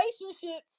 relationships